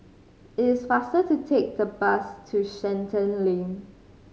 it is faster to take the bus to Shenton Lane